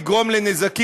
אליה.